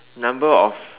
number of